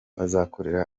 bazakorera